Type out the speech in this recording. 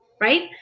right